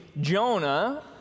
Jonah